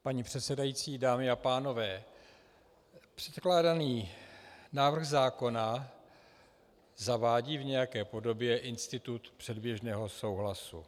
Paní předsedající, dámy a pánové, předkládaný návrh zákona zavádí v nějaké podobě institut předběžného souhlasu.